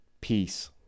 peace